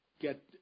get